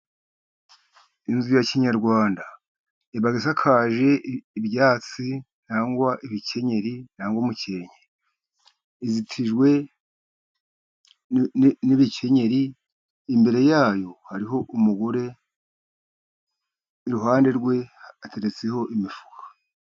Inzu ya kinyarwanda iba isakaje ibyatsi cyangwa ibikenyeri , cyangwa umukenke. Izitijwe n'ibikenyeri imbere yayo hariho umugore, iruhande rwe hateretseho imifuka.